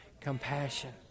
compassion